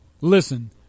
Listen